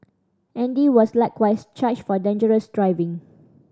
Andy was likewise charged for dangerous driving